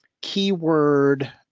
keyword